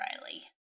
Riley